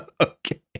Okay